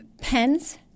pens